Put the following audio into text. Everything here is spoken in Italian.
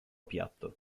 piatto